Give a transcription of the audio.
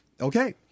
Okay